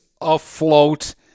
afloat